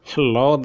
Hello